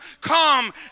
come